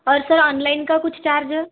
और sir online का कुछ चार्ज